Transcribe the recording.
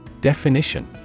Definition